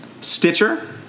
Stitcher